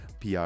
pr